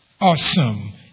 Awesome